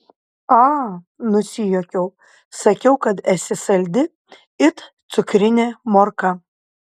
a nusijuokiau sakiau kad esi saldi it cukrinė morka